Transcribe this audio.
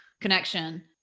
connection